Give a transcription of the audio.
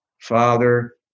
father